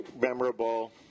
memorable